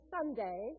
Sunday